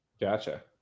gotcha